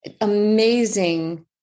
amazing